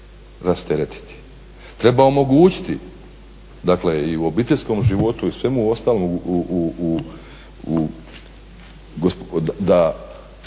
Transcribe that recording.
Treba omogućiti dakle i u obiteljskom životu i svemu ostalom da